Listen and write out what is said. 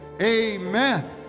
amen